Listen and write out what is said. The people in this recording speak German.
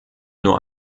nur